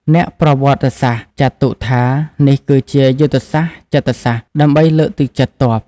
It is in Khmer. អ្នកប្រវត្តិសាស្ត្រចាត់ទុកថា នេះគឺជាយុទ្ធសាស្ត្រចិត្តសាស្ត្រដើម្បីលើកទឹកចិត្តទ័ព។